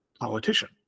politician